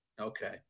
Okay